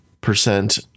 percent